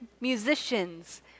musicians